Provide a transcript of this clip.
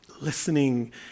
listening